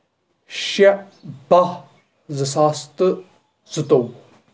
شیٚے باہہ زٕ ساس تہٕ زٕ تووُہ